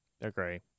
Agree